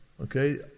Okay